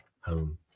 home